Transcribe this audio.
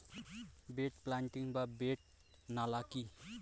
Bed planting বা bed নালা কি?